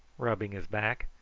rubbing his back.